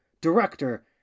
director